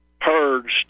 purged